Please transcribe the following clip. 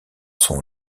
son